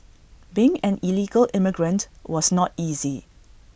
being an illegal immigrant was not easy